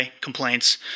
complaints